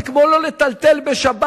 זה כמו לא לטלטל בשבת.